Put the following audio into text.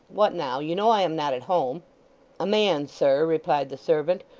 what now? you know i am not at home a man, sir replied the servant,